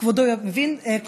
כבודו מבין,